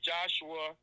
Joshua